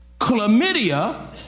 Chlamydia